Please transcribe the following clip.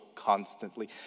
constantly